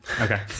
Okay